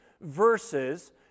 verses